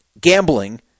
gambling